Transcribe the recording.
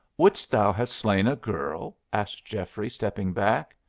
wouldst thou have slain a girl? asked geoffrey, stepping back.